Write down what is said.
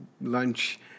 lunch